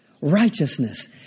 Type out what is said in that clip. Righteousness